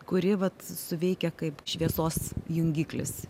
kuri vat suveikia kaip šviesos jungiklis